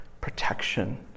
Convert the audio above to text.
protection